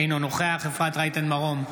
אינו נוכח אפרת רייטן מרום,